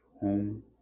home